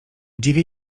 dziwię